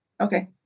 Okay